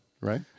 right